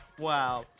Wow